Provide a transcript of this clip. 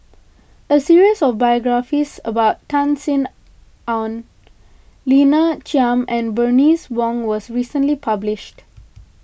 a series of biographies about Tan Sin Aun Lina Chiam and Bernice Wong was recently published